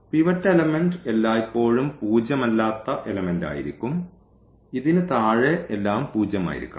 pivot element എല്ലായ്പ്പോഴും പൂജ്യമല്ലാത്ത element ആയിരിക്കും ഇതിന് താഴെ എല്ലാം പൂജ്യമായിരിക്കണം